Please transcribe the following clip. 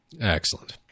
Excellent